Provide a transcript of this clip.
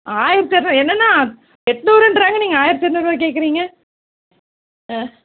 ஆயிரத்தி இரநூறு என்னெண்ணா எண்நூறுன்றாங்க நீங்கள் ஆயிரத்தி இரநூறுவா கேட்குறிங்க ஆ